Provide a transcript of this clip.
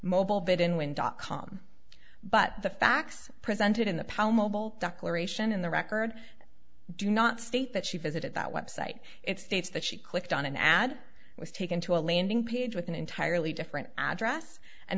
when dot com but the facts presented in the palm of all dr ration in the record do not state that she visited that website it states that she clicked on an ad was taken to a landing page with an entirely different address and